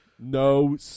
No